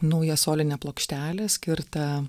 naują solinę plokštelę skirtą